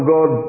God